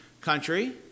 country